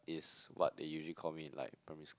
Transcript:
it's what they usually call me in like primary school ah